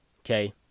Okay